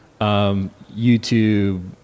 YouTube